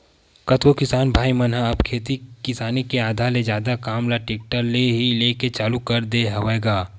जम्मो किसान भाई मन ह अब खेती किसानी के आधा ले जादा काम ल टेक्टर ले ही लेय के चालू कर दे हवय गा